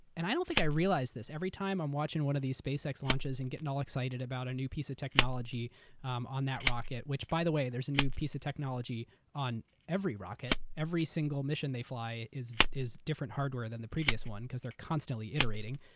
and i don't think i realized this. every time i'm watching one of these spacex launches and getting all excited about a new piece of technology um on that rocket, which by the way, there's a new piece of technology on every rocket. every single mission they fly is is different hardware than the previous one because they're constantly iterating.